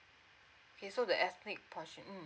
okay so the ethnic portion mm